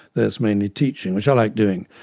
that's mainly teaching, which i like doing.